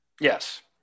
Yes